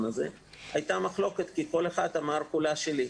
הזה הייתה מחלוקת כי כל אחד אמר כולה שלי,